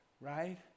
right